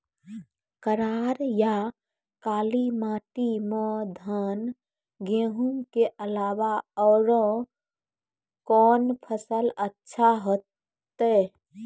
करार या काली माटी म धान, गेहूँ के अलावा औरो कोन फसल अचछा होतै?